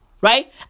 Right